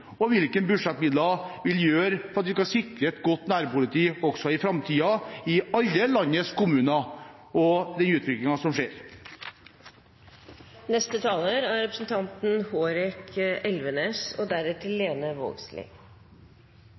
at vi kan sikre et godt nærpoliti også i framtiden i alle landets kommuner og